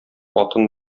атын